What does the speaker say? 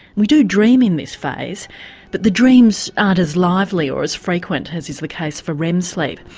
we do dream in this phase but the dreams aren't as lively or as frequent as is the case for rem sleep.